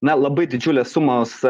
na labai didžiulės sumos